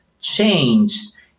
changed